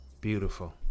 Beautiful